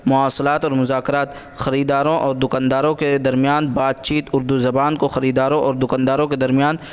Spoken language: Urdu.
مواصلات اور مذاکرات خریداروں اور دکانداروں کے درمیان بات چیت اردو زبان کو خریداروں اور دکانداروں کے درمیان